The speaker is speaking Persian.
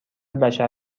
بشر